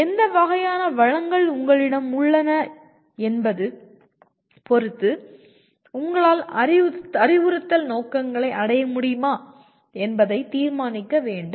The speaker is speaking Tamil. எந்த வகையான வளங்கள் உங்களிடம் உள்ளது என்பதைப் பொறுத்து உங்களால் அறிவுறுத்தல் நோக்கங்களை அடைய முடியுமா என்பதை தீர்மானிக்க வேண்டும்